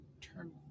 turn